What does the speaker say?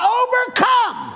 overcome